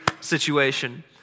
situation